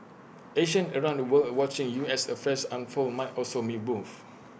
Asians around the world are watching U S affairs unfold might also be moved